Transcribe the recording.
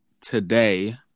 today